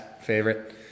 favorite